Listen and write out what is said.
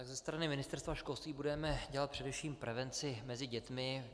Tak ze strany Ministerstva školství budeme dělat především prevenci mezi dětmi.